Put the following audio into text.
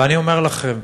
ואני אומר לכם,